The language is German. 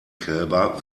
kälber